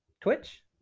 twitch